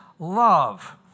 love